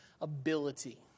ability